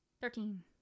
Thirteen